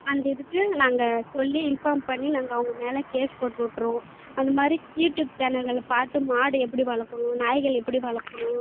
அந்த இதுக்கு நாங்கள் சொல்லி இன்ஃபார்ம் பண்ணி நாங்கள் அவங்க மேலே கேஸ் போட்டு விட்டுருவோம் அந்த மாதிரி யூடியூப் சேனல்களில் பார்த்து மாடு எப்படி வளர்க்கணும் நாய்கள் எப்படி வளர்க்கணும்